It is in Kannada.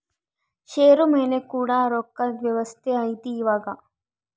ಷೇರು ಮೇಲೆ ಕೂಡ ರೊಕ್ಕದ್ ವ್ಯವಸ್ತೆ ಐತಿ ಇವಾಗ